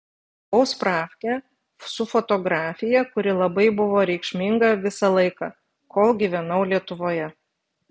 gavau spravkę su fotografija kuri labai buvo reikšminga visą laiką kol gyvenau lietuvoje